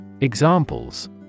examples